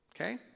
okay